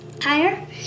higher